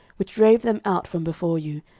which drave them out from before you,